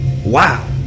Wow